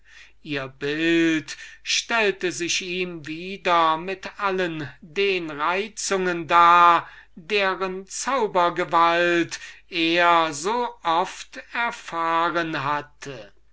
ihr bild stellte sich ihm wieder mit allen den reizungen dar deren zauberische gewalt er so oft erfahren hatte